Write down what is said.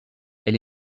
elle